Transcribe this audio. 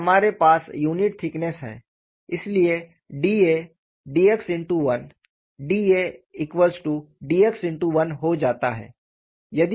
और हमारे पास यूनिट थिकनेस है इसलिए dA dx1 dAdx1 हो जाता है